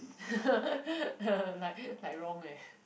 like like wrong leh